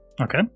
Okay